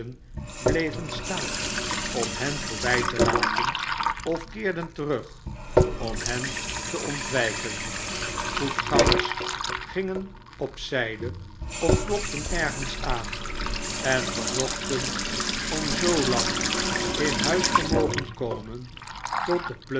bleven staan om hen voorbij te laten of keerden terug om hen te ontwijken voetgangers gingen op zijde of klopten ergens aan cover zochten om zoolang in huis te mogen komen tot de